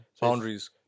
Boundaries